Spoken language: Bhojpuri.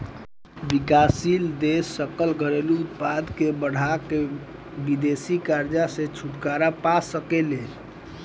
विकासशील देश सकल घरेलू उत्पाद के बढ़ा के विदेशी कर्जा से छुटकारा पा सके ले